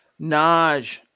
Naj